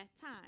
time